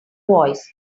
voice